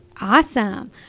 awesome